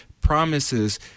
promises